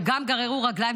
שגם גררו רגליים,